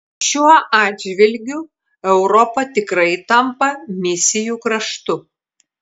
šiuo atžvilgiu europa tikrai tampa misijų kraštu